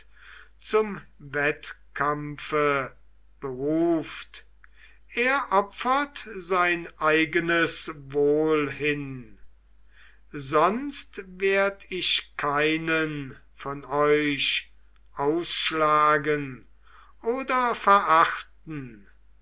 zum wettkampfe beruft er opfert sein eigenes wohl hin sonst werd ich keinen von euch ausschlagen oder verachten